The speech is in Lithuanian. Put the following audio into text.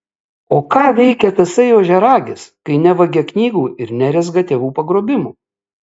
o ką veikia tasai ožiaragis kai nevagia knygų ir nerezga tėvų pagrobimų